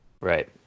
Right